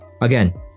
again